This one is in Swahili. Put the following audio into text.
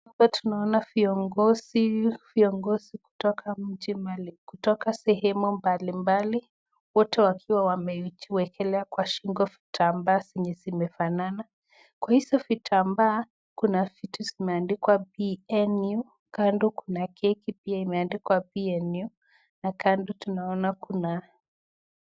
Hapa tunaona viongozi, viongozi kutoka kwa sehemu mbali mbali. Wote wakiwa wamejiwekelea kwa shingo vitambaa zenye zimefanana, kwa hizo vitambaa kuna vitu zimeandikwa PNU kando kuna keki pia imeandikwa PNU na kando tunaona kuna.